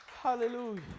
Hallelujah